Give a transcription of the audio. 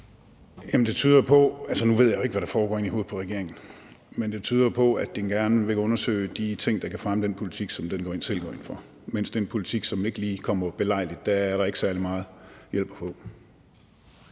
16:59 Torsten Gejl (ALT): Nu ved jeg jo ikke, hvad der foregår inde i hovedet på regeringen, men det tyder på, at den gerne vil undersøge de ting, der kan fremme den politik, som den selv går ind for, mens der i forhold til den politik, som ikke lige kommer belejligt, ikke er ret meget hjælp at få.